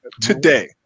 today